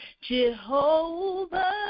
Jehovah